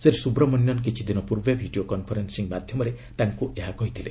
ଶ୍ରୀ ସୁବ୍ରମଣ୍ୟନ୍ କିଛିଦିନ ପୂର୍ବେ video conferencing ମାଧ୍ୟମରେ ତାଙ୍କୁ ଏହା ଜଣାଇଥିଲେ